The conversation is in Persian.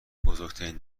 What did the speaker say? بزرگترین